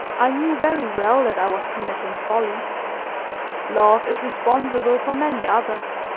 i knew very well that i was committing folly love is responsible for many others.